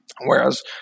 Whereas